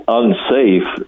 unsafe